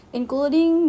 including